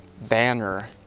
banner